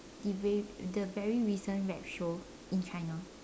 the very the very recent show rap show in China